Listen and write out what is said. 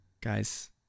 Guys